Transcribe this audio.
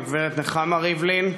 והגברת נחמה ריבלין,